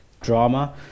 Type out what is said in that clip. drama